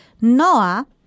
Noah